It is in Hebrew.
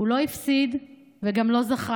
/ הוא לא הפסיד, גם לא זכה,